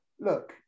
Look